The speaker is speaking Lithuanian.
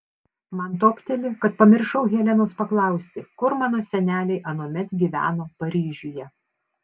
man topteli kad pamiršau helenos paklausti kur mano seneliai anuomet gyveno paryžiuje